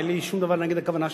אין לי שום דבר נגד הכוונה שלכם.